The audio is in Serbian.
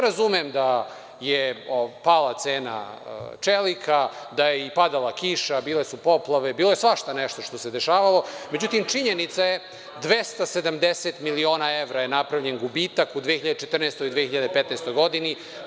Razumem da je pala cena čelika, da je i padala kiša, bile su poplave, bilo je svašta nešto što se dešavalo, međutim, činjenica je 270 miliona evra je napravljen gubitak u 2014, 2015. godini.